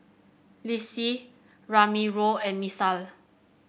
Lissie Ramiro and Misael